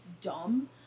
dumb